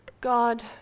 God